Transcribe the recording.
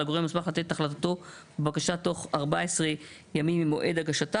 לגורם המוסמך לתת החלטתו בבקשה תוך 14 ימים ממועד הגשתה".